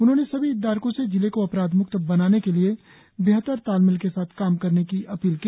उन्होंने सभी हितधारकों से जिले को अपराध म्क्त बनाने के लिए बेहतर तालमेल के साथ काम करने की अपील की